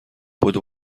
بدو